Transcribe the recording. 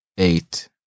Eight